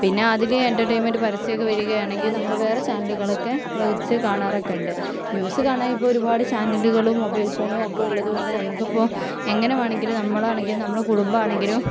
പിന്നെ അതിലെ എന്റർടൈൻമെന്റ് പരസ്യം ഒക്കെ വരുകയാണെങ്കിൽ നമ്മള് വേറെ ചാനലുകളൊക്കെ വെച്ച് കാണാറൊക്കെ ഉണ്ട് ന്യൂസ് കാണാൻ ഇപ്പോൾ ഒരുപാട് ചാനലുകളും മൊബൈൽ ഫോണും ഒക്കെ ഉള്ളതുകൊണ്ട് നമുക്കിപ്പോൾ എങ്ങനെ വേണമെങ്കിലും നമ്മളാണങ്കിലും നമ്മുടെ കുടുംബം ആണങ്കിലും